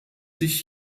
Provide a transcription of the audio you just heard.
sich